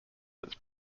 its